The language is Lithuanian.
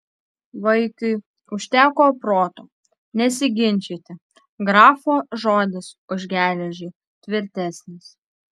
vaikiui užteko proto nesiginčyti grafo žodis už geležį tvirtesnis